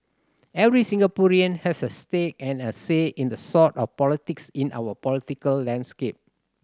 every Singaporean has a stake and a say in the sort of politics in our political landscape